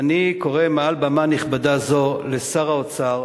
ואני קורא מעל במה נכבדה זו לשר האוצר